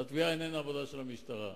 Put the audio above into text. התביעה איננה עבודה של המשטרה.